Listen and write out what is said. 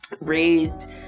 raised